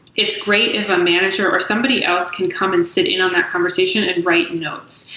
it's great if a manager or somebody else can come and sit in on that conversation and writes notes.